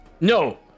No